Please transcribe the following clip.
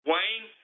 Wayne